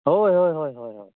ᱦᱚᱭ ᱦᱚᱭ ᱦᱚᱭ